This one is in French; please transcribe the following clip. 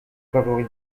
favori